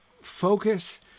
Focus